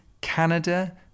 Canada